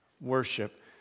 Worship